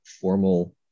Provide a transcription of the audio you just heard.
formal